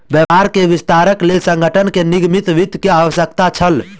व्यापार के विस्तारक लेल संगठन के निगमित वित्त के आवश्यकता छल